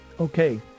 Okay